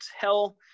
tell